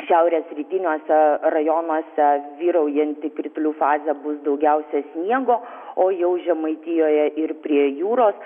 šiaurės rytiniuose rajonuose vyraujanti kritulių fazė bus daugiausia sniego o jau žemaitijoje ir prie jūros